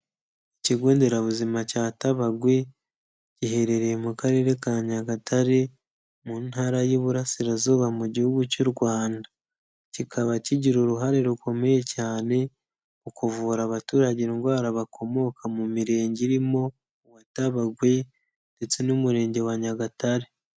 Ikigo nderabuzima cya Tabagwe giherereye mu karere ka Nyagatare mu Ntara y'Iburasirazuba mu gihugu cy'u Rwanda, kikaba kigira uruhare rukomeye cyane mu kuvura abaturage indwara bakomoka mu mirenge, irimo uwa Tabagwe ndetse n'umurenge wa Nyagatare.